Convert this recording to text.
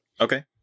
Okay